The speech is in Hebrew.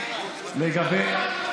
הציבור ימשיך להיאבק.